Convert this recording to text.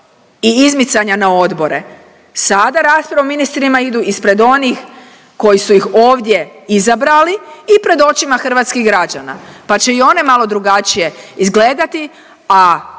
i izmicanja na odbore. Sada rasprave o ministrima idu ispred onih koji su ih ovdje izabrali i pred očima hrvatskih građana pa će i one malo drugačije izgledati, a